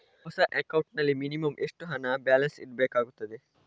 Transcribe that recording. ಹೊಸ ಅಕೌಂಟ್ ನಲ್ಲಿ ಮಿನಿಮಂ ಎಷ್ಟು ಹಣ ಬ್ಯಾಲೆನ್ಸ್ ಇಡಬೇಕಾಗುತ್ತದೆ?